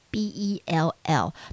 B-E-L-L